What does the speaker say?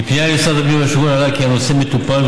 מפנייה למשרד הבינוי והשיכון עלה כי הנושא מטופל,